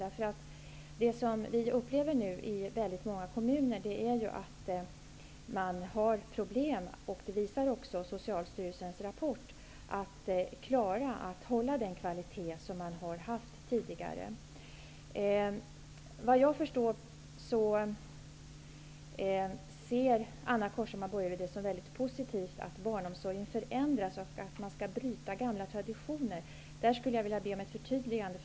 Socialstyrelsens rapport visar att många kommuner har problem att upprätthålla den kvalitetsnivå som funnits tidigare. Vad jag förstår ser Anna Corshammar-Bojerud det som positivt att barnomsorgen förändras och att gamla traditioner bryts. Jag skulle vilja be om ett förtydligande.